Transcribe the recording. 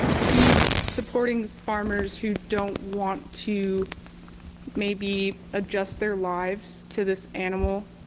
he's supporting farmers who don't want to maybe adjust their lives to this animal